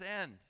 end